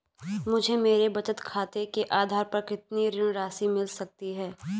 मुझे मेरे बचत खाते के आधार पर कितनी ऋण राशि मिल सकती है?